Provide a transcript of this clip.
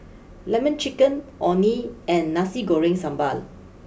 Lemon Chicken Orh Nee and Nasi Goreng Sambal